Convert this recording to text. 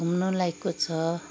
घुम्नु लायकको छ